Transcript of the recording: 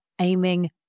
aiming